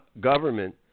government